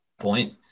point